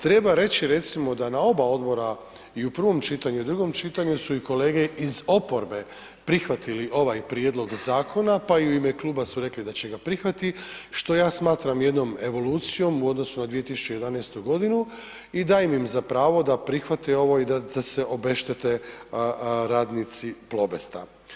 Treba reći recimo da na oba odbora i u prvom čitanju i u drugom čitanju su i kolege iz oporbe prihvatili ovaj prijedlog zakona, pa i u ime kluba su rekli da će ga prihvatiti, što ja smatram jednom evolucijom u odnosu na 2011.g. i dajem im za pravo da prihvate ovo i da se obeštete radnici Plobesta.